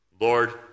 Lord